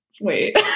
Wait